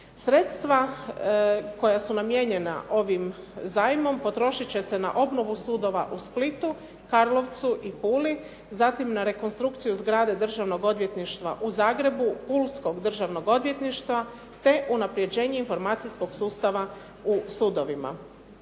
Sredstva koja su namijenjena ovim zajmom potrošit će se na obnovu sudova u Splitu, Karlovcu i Puli. Zatim na rekonstrukciju zgrade Državnog odvjetništva u Zagrebu, pulskog Državnog odvjetništva, te unapređenje informacijskog sustava u sudovima.